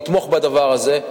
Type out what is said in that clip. יתמוך בדבר הזה,